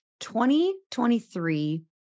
2023